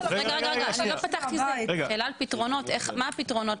מה הפתרונות